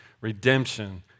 redemption